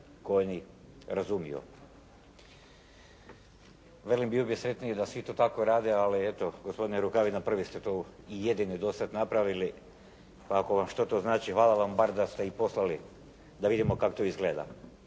koji oni razumiju. Velim bio bih sretniji da svi to tako rade, ali eto gospodine Rukavina prvi ste to i jedini do sada napravljeni, pa ako vam što to znači, hvala vam bar da ste i poslali da vidimo kako to izgleda.